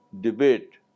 debate